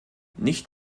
nicht